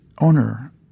owner